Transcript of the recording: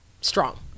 strong